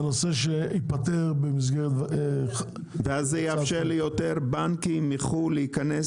אז זה נושא שייפתר במסגרת --- ואז זה יאפשר ליותר בנקים מחו"ל להיכנס